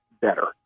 better